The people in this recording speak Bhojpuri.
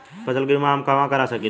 फसल के बिमा हम कहवा करा सकीला?